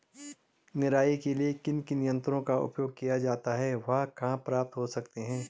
निराई के लिए किन किन यंत्रों का उपयोग किया जाता है वह कहाँ प्राप्त हो सकते हैं?